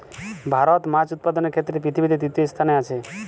ভারত মাছ উৎপাদনের ক্ষেত্রে পৃথিবীতে তৃতীয় স্থানে আছে